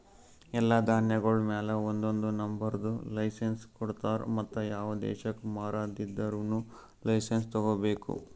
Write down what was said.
ಎಲ್ಲಾ ಧಾನ್ಯಗೊಳ್ ಮ್ಯಾಲ ಒಂದೊಂದು ನಂಬರದ್ ಲೈಸೆನ್ಸ್ ಕೊಡ್ತಾರ್ ಮತ್ತ ಯಾವ ದೇಶಕ್ ಮಾರಾದಿದ್ದರೂನು ಲೈಸೆನ್ಸ್ ತೋಗೊಬೇಕು